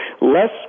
less